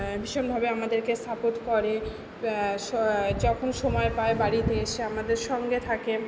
ভীষণভাবে আমাদেরকে সাপোর্ট করে যখন সময় পায় বাড়িতে এসে আমাদের সঙ্গে থাকে